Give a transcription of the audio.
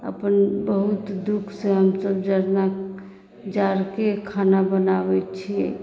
अपन बहुत दुःख से हमसब जड़ना जाड़के खाना बनाबैत छियै